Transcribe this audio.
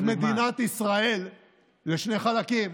היא שאתם מחלקים את מדינת ישראל לשני חלקים,